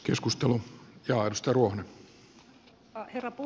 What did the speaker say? arvoisa herra puhemies